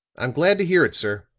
i'm glad to hear it, sir,